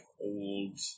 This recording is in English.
old